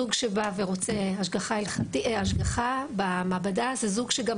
זוג שמגיע ורוצה השגחה במעבדה זה זוג שגם